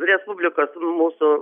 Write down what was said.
respublikos mūsų